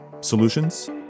solutions